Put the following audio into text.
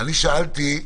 שאלתי,